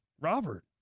Robert